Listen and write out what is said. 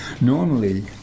normally